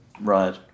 Right